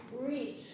reach